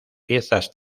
piezas